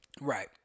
Right